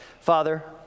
Father